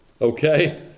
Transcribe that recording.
Okay